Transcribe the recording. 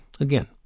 Again